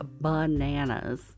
bananas